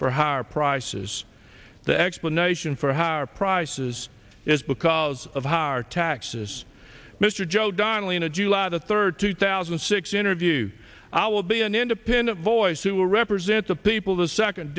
for higher prices the explanation for higher prices is because of higher taxes mr joe donnelly in a july the third two thousand and six interview i will be an independent voice who will represent the people of the second